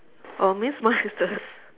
oh means mine is the